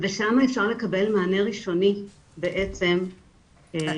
הזה ושם אפשר לקבל מענה ראשוני בעצם גם